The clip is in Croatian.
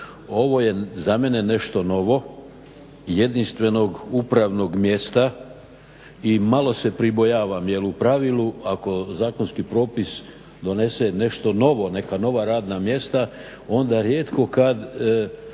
Ovo je za mene nešto novo, jedinstvenog upravnog mjesta i malo se pribojavam jer u pravilu ako zakonski propis donese nešto novo, neka nova radna mjesta onda rijetko kad